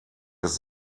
des